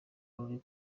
ruri